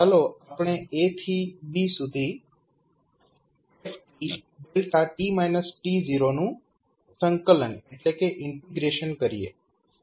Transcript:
ચાલો આપણે a થી b સુધી f નું સંકલન કરીએ